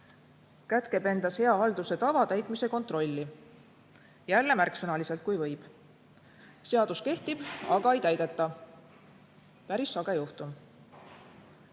kätkeb endas hea halduse tava täitmise kontrolli. Jälle märksõnaliselt, kui võib. Seadus kehtib, aga seda ei täideta. Päris sage juhtum.